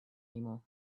anymore